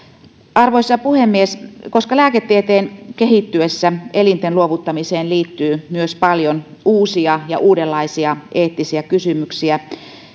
arvoisa puhemies koska lääketieteen kehittyessä elinten luovuttamiseen liittyy myös paljon uusia ja uudenlaisia eettisiä kysymyksiä